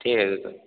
ঠিক আছে দাদা